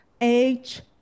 age